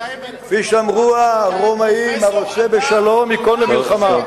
כפי שאמרו הרומאים: הרוצה בשלום, ייכון למלחמה.